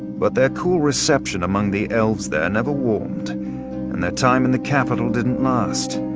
but their cool reception among the elves there never warmed, and their time in the capital didn't last.